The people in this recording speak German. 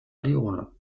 leone